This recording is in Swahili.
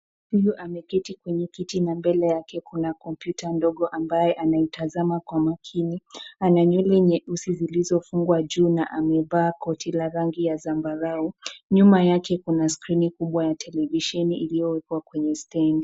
Huyu ameketi kwenye kiti na mbele yake kuna kompyuta ndogo ambayo anaitazama kwa makini. Ana nywele nyeusi zilizofungwa juu na amevaa koti la rangi ya zambarau. Nyuma yake kuna skrini kubwa ya televisheni iliyowekwa kwenye stendi.